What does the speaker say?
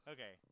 Okay